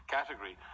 category